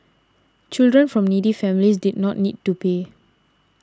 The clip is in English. children from needy families did not need to pay